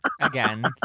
again